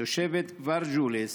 תושבת כפר ג'וליס,